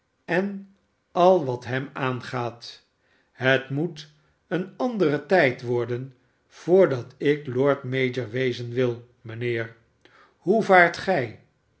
en al wat hem aangaat het moet eenandere tijd worden voordatik lord mayor wezen wil mijnheer hoe vaart gij